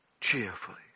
cheerfully